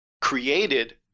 created